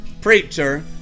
preacher